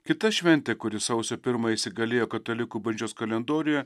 kita šventė kuri sausio primą įsigalėjo katalikų bažnyčios kalendoriuje